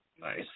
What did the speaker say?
Nice